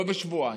לא בשבועיים,